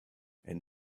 and